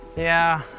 yeah,